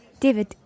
David